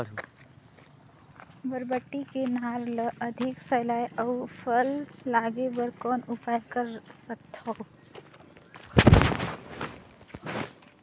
बरबट्टी के नार ल अधिक फैलाय अउ फल लागे बर कौन उपाय कर सकथव?